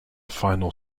final